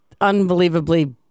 unbelievably